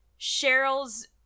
Cheryl's